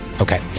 Okay